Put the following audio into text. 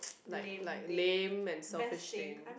like like lame and selfish thing